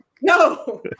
No